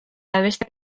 abestiak